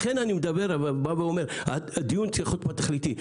לכן, אני בא ואומר: הדיון צריך להיות תכליתי.